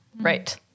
right